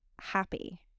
happy